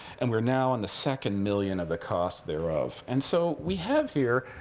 and we're now on the second million of the costs thereof. and so we have here,